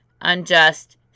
unjust